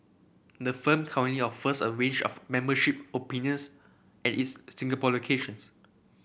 the firm currently offers a range of membership opinions at its Singapore locations